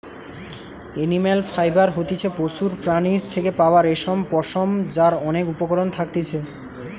animal fibre হতিছে পশুর প্রাণীর থেকে পাওয়া রেশম, পশম যার অনেক উপকরণ থাকতিছে